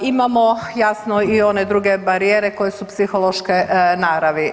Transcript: Imamo jasno i one druge barijere koje su psihološke naravi.